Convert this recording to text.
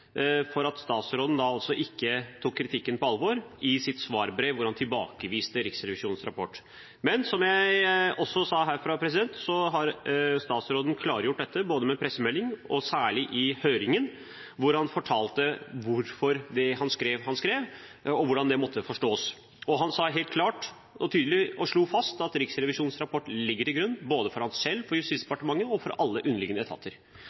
for at statsråden ikke tok kritikken på alvor i sitt svarbrev, der han tilbakeviste Riksrevisjonens rapport. Men, som jeg også sa herfra, har statsråden klargjort dette både i en pressemelding og – særlig – i høringen, der han fortalte hvorfor han skrev det han skrev, og hvordan det måtte forstås. Han slo helt klart og tydelig fast at Riksrevisjonens rapport ligger til grunn både for ham selv, for Justisdepartementet og for alle underliggende etater.